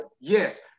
Yes